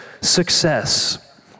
success